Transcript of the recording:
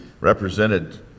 represented